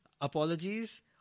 Apologies